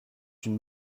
une